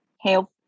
help